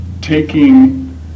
taking